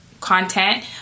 content